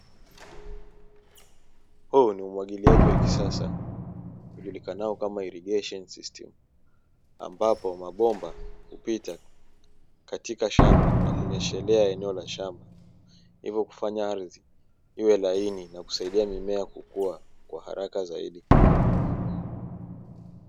Huu ni umwagiliaji wa kisasa ujulikanao kama irigesheni sistimu ambapo mabomba hupita katika shamba, na kunyeshelea eneo la shamba hivyo kufanya ardhi iiwe laini na kusaidia mimea kukua kwa haraka zaidi.